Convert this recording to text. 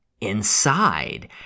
inside